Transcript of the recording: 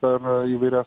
per įvairias